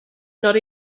not